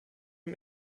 dem